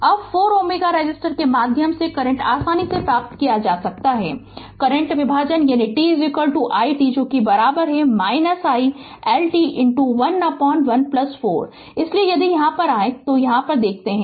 अब 4 Ω रेसिस्टर के माध्यम से करंट आसानी से प्राप्त किया जा सकता है करंट विभाजन यानी t i t i L t 1 1 4 इसलिए यदि यहाँ आएँ तो यहाँ आएँ